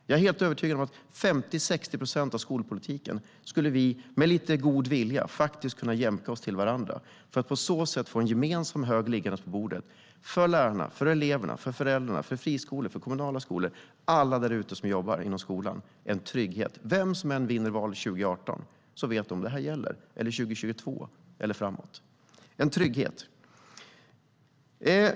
Jag är helt övertygad om att vi med lite god vilja skulle kunna jämka oss till varandra beträffande 50-60 procent av skolpolitiken, för att på så sätt få en gemensam hög på bordet, för lärarna, eleverna, föräldrarna, friskolorna och de kommunala skolorna - en trygghet för alla därute som jobbar inom skolan. Vem som än vinner valet 2018 eller 2022 eller framåt vet då vad som gäller - en trygghet.